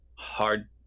hard